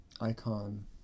Icon